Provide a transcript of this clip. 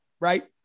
right